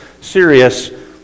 serious